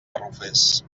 garrofers